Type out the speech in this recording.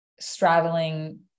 straddling